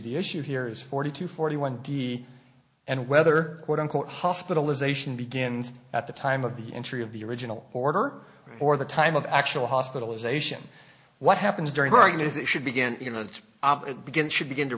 the issue here is forty two forty one d and whether quote unquote hospitalization begins at the time of the entry of the original order or the time of actual hospitalization what happens during pregnancy should begin you know begin should begin to